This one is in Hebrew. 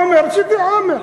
עמר, שיהיה עמר.